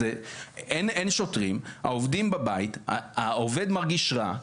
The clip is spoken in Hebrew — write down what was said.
אין שוטרים, העובדים בבית, העובד מרגיש רע.